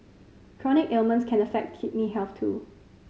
chronic ailments can affect kidney health too